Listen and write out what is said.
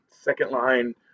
second-line